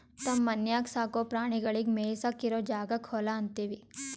ತಮ್ಮ ಮನ್ಯಾಗ್ ಸಾಕೋ ಪ್ರಾಣಿಗಳಿಗ್ ಮೇಯಿಸಾಕ್ ಇರೋ ಜಾಗಕ್ಕ್ ಹೊಲಾ ಅಂತೀವಿ